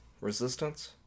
Resistance